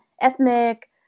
ethnic